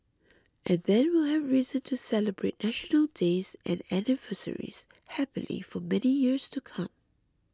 and then we'll have reason to celebrate National Days and anniversaries happily for many years to come